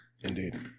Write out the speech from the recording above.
Indeed